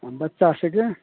आ बच्चा सबके